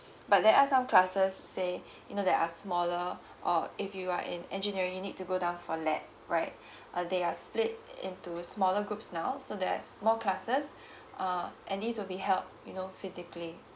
but there are some classes say you know that are smaller or if you are in engineering you need to go down for lab right uh they are split into smaller groups now so that more classes uh and these will be held you know physically